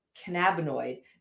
cannabinoid